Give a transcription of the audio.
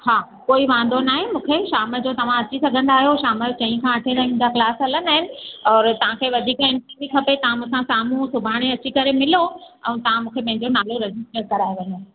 हा कोई वांदो न आहे मूंखे शाम जो तव्हां अची सघंदा आहियो शाम जो चईं खां अठें ताईं मुंहिंजा क्लास हलंदा आहिनि और तव्हांखे वधीक इनक्वेरी खपे तव्हां मूंसां साम्हूं सुभाणे अची करे मिलो ऐं तव्हां मूंखे पंहिंजो नालो रजिस्टर कराए वञो